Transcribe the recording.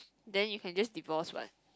then you can just divorce what